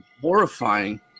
Horrifying